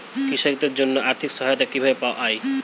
কৃষকদের জন্য আর্থিক সহায়তা কিভাবে পাওয়া য়ায়?